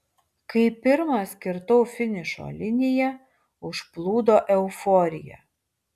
kai pirmas kirtau finišo liniją užplūdo euforija